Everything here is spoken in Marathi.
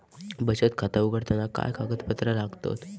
बचत खाता उघडताना काय कागदपत्रा लागतत?